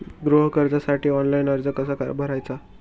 गृह कर्जासाठी ऑनलाइन अर्ज कसा भरायचा?